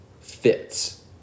fits